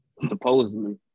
Supposedly